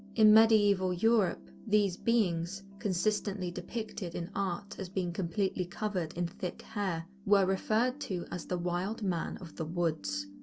in medieval europe, these beings consistently depicted in art as being completely covered in thick hair were referred to as the wild man of the woods.